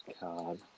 God